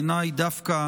בעיניי, דווקא